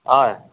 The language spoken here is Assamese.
হয়